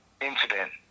incident